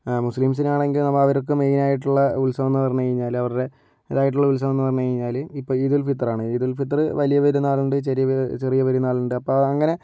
മുസ്ലീംസിന് ആണെങ്കിൽ അവർക്ക് മെയിൻ ആയിട്ടുള്ള ഉത്സവം എന്ന് പറഞ്ഞു കഴിഞ്ഞാൽ അവരുടെ ഇതായിട്ടുള്ള ഉത്സവമെന്ന് പറഞ്ഞു കഴിഞ്ഞാൽ ഇപ്പോൾ ഈദുൽ ഫിത്തറാണ് ഈദുൽ ഫിത്തർ വലിയ പെരുന്നാളുണ്ട് ചെറിയ പെരുന്നാളുണ്ട് അപ്പോൾ അങ്ങനെ